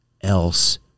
else